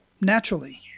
Naturally